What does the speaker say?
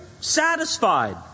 satisfied